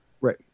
Right